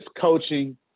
coaching